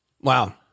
Wow